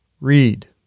Read